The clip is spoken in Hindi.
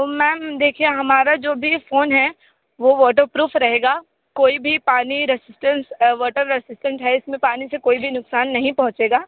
तो मैम देखिए हमारा जो भी ये फ़ोन है वो वाटरप्रूफ रहेगा कोई भी पानी रेजिस्टेंस वाटर रेसिस्टेंट है इस में पानी से कोई भी नुक़सान नहीं पहुंचेगा